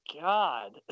god